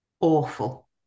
awful